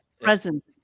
presence